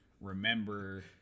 remember